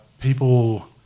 people